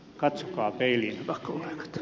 katsokaa peiliin hyvät kollegat